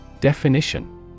Definition